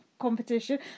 competition